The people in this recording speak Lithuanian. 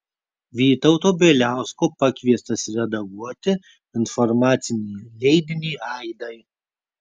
vytauto bieliausko pakviestas redaguoti informacinį leidinį aidai